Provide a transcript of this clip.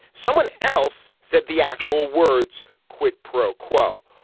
someone else said the actual words quid pro quo.